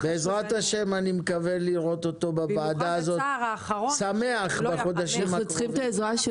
בעזרת השם אני מקווה לראות אותו בוועדה הזאת שמח בחודשים הקרובים.